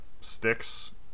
Sticks